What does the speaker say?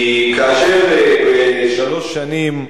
כי כאשר בשלוש שנים,